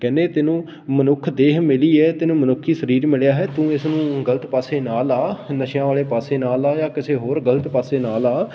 ਕਹਿੰਦੇ ਤੈਨੂੰ ਮਨੁੱਖ ਦੇਹ ਮਿਲੀ ਹੈ ਤੈਨੂੰ ਮਨੁੱਖੀ ਸਰੀਰ ਮਿਲਿਆ ਹੈ ਤੂੰ ਇਸਨੂੰ ਗਲਤ ਪਾਸੇ ਨਾ ਲਾ ਨਸ਼ਿਆਂ ਵਾਲੇ ਪਾਸੇ ਨਾ ਲਾ ਜਾਂ ਕਿਸੇ ਹੋਰ ਗਲਤ ਪਾਸੇ ਨਾ ਲਾ